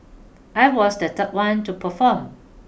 I was the third one to perform